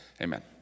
amen